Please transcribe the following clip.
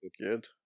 good